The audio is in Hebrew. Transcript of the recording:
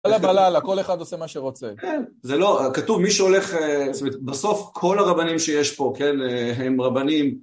בלה בללה כל אחד עושה מה שרוצה, כן, זה לא, כתוב מי שהולך בסוף כל הרבנים שיש פה, כן, הם רבנים